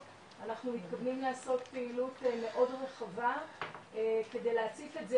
אנחנו מתכוונים לעשות פעילות מאוד רחבה כדי להציף את זה,